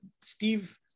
Steve